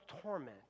torment